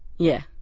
yeah,